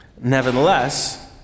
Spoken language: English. Nevertheless